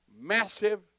massive